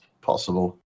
possible